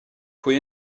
pwy